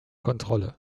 kontrolle